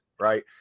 Right